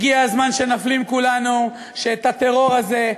הגיע הזמן שנפנים כולנו שאת הטרור הזה,